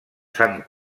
sant